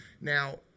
Now